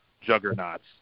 juggernauts